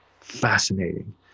fascinating